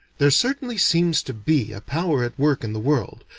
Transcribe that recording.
there certainly seems to be a power at work in the world,